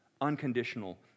unconditional